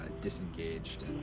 disengaged